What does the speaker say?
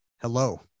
hello